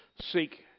seek